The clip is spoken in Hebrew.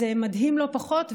זה מדהים לא פחות,